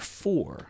four